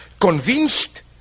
convinced